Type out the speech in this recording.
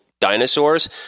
dinosaurs